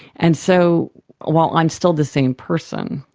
and so while i'm still the same person,